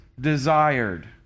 desired